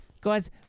guys